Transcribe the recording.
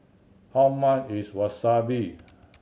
how much is Wasabi